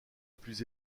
plus